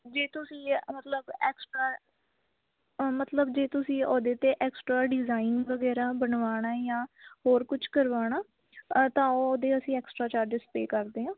ਜੇ ਤੁਸੀਂ ਮਤਲਬ ਐਕਸਟਰਾ ਮਤਲਬ ਜੇ ਤੁਸੀਂ ਉਹਦੇ 'ਤੇ ਐਕਸਟਰਾ ਡਿਜ਼ਾਈਨ ਵਗੈਰਾ ਬਣਵਾਉਣਾ ਹੈ ਤਾਂ ਹੋਰ ਕੁਛ ਕਰਵਾਉਣਾ ਤਾਂ ਉਹਦੇ ਅਸੀਂ ਐਕਸਟਰਾ ਚਾਰਜਿਸ ਪੇ ਕਰਦੇ ਹਾਂ